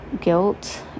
guilt